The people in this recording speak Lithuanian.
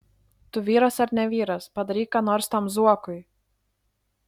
tu vyras ar ne vyras padaryk ką nors tam zuokui